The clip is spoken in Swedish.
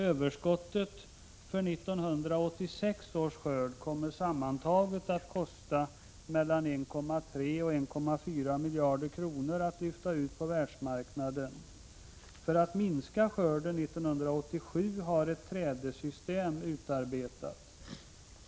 Överskottet från 1986 års skörd kommer sammantaget att kosta mellan 1,3 och 1,4 miljarder kronor att lyfta ut på världsmarknaden. För att minska skörden 1987 har ett trädessystem utarbetats.